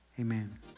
Amen